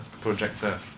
projector